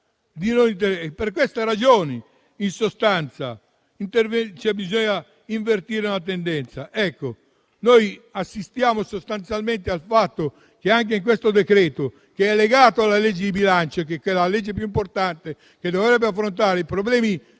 Per queste ragioni, in sostanza, bisogna invertire la tendenza. Noi assistiamo sostanzialmente al fatto che anche in questo decreto-legge, legato alla legge di bilancio - che è la legge più importante che dovrebbe affrontare i problemi